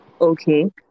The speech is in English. Okay